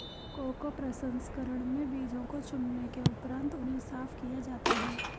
cocoa प्रसंस्करण में बीजों को चुनने के उपरांत उन्हें साफ किया जाता है